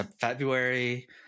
February